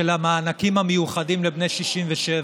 המענקים המיוחדים לבני 67,